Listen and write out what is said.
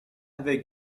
beg